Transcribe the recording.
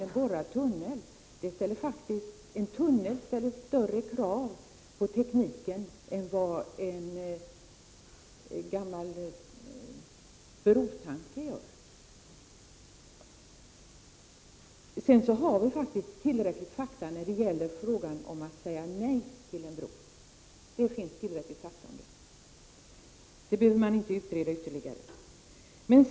En borrad tunnel ställer större krav på tekniken än vad en bro gör. Det finns faktiskt tillräckligt med fakta när det gäller frågan om att säga nej till en bro. Den frågan behöver inte utredas ytterligare.